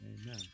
Amen